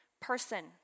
person